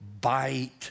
bite